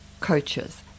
coaches